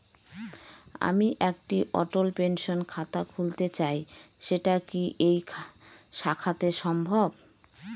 আমি একটি অটল পেনশন খাতা খুলতে চাই সেটা কি এই শাখাতে সম্ভব?